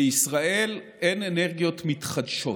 בישראל אין אנרגיות מתחדשות.